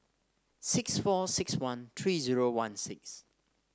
six four six one three zero one six